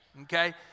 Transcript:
Okay